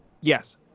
Yes